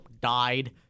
died